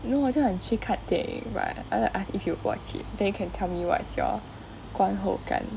no 我叫你去看电影: wo jiao ni qu kan dian ying but I want to ask if you watch it then you can tell me what's your 观后感: guan hou gan